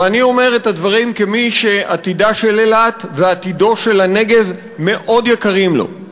ואני אומר את הדברים כמי שעתידה של אילת ועתידו של הנגב מאוד יקרים לו.